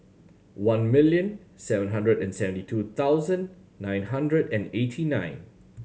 one million seven hundred and seventy two thousand nine hundred and eighty nine